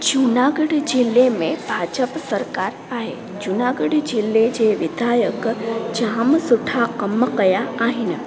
जूनागढ़ ज़िले में भाजप सरकार आहे जूनागढ़ ज़िले जे विधायक जाम सुठा कमु कया आहिनि